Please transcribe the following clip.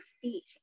feet